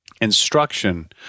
instruction